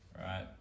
right